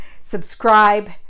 subscribe